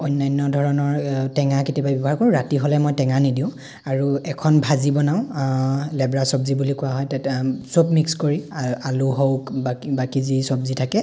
অন্য়ান্য় ধৰণৰ টেঙা কেতিয়াবা ব্য়ৱহাৰ কৰোঁ ৰাতি হ'লে মই টেঙা নিদিওঁ আৰু এখন ভাজি বনাওঁ লেব্ৰা চব্জি বুলিও কোৱা হয় তাত চব মিক্স কৰি আলু হওক বাকী বাকী যি চব্জি থাকে